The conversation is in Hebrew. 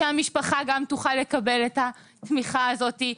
שהמשפחה גם תוכל לקבל את התמיכה הזאת.